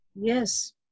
Yes